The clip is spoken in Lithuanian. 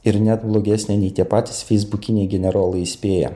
ir net blogesnė nei tie patys feisbukiniai generolai įspėja